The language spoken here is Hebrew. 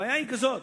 הבעיה היא כזאת,